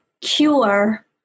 cure